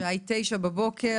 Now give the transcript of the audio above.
השעה היא 09:00 בבוקר.